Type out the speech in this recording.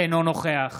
אינו נוכח